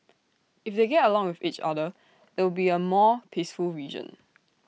if they get along with each other it'll be A more peaceful region